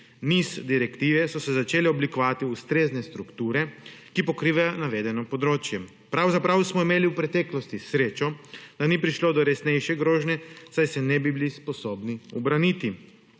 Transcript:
niz direktiv, so se začele oblikovati ustrezne strukture, ki pokrivajo navedeno področje. Pravzaprav smo imeli v preteklosti srečo, da ni prišlo do resnejše grožnje, saj se ne bi bili sposobni ubraniti.